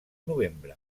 novembre